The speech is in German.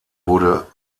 wurde